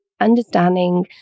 understanding